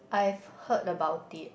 I've heard about it